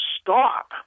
stop